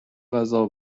غذا